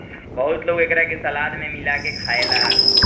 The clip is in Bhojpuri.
बहुत लोग एकरा के सलाद में मिला के खाएला